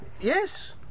Yes